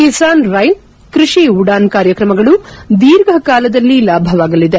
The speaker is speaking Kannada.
ಕಿಸಾನ್ ರೈಲ್ ಕೃಷಿ ಉಡಾನ್ ಕಾರ್ಯಕ್ರಮಗಳು ದೀರ್ಘಕಾಲದಲ್ಲಿ ಲಾಭವಾಗಲಿದೆ